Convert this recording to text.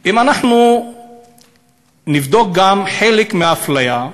אם אנחנו נבדוק חלק מהאפליה,